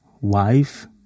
wife